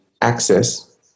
access